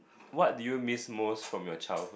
what do you miss most from your child